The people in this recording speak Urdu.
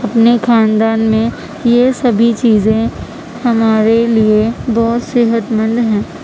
اپنے خاندان میں یہ سبھی چیزیں ہمارے لیے بہت صحت مند ہیں